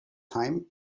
time